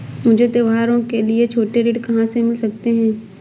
मुझे त्योहारों के लिए छोटे ऋण कहाँ से मिल सकते हैं?